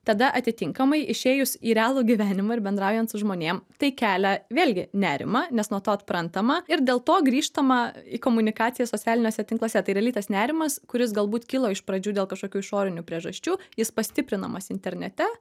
tada atitinkamai išėjus į realų gyvenimą ir bendraujant su žmonėm tai kelia vėlgi nerimą nes nuo to atprantama ir dėl to grįžtama į komunikaciją socialiniuose tinkluose tai realiai tas nerimas kuris galbūt kilo iš pradžių dėl kažkokių išorinių priežasčių jis pastiprinamas internete